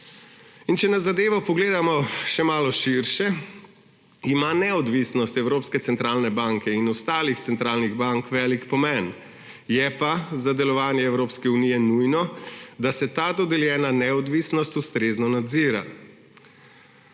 če na zadevo pogledamo še malo širše, ima neodvisnost Evropske centralne banke in ostalih centralnih bank velik pomen, je pa za delovanje Evropske unije nujno, da se ta dodeljena neodvisnost ustrezno nadzira.